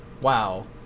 wow